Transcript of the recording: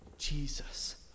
Jesus